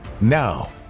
Now